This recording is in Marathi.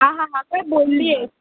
हा हा हा काय बोलली आहेस